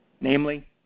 Namely